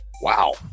Wow